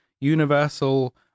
universal